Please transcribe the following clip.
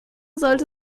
sollte